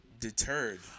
deterred